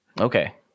Okay